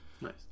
Nice